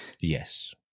Yes